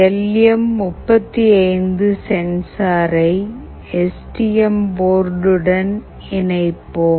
L M 35 சென்சாரை S T M போர்டுடன் இணைப்போம்